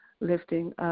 Lifting